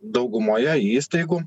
daugumoje įstaigų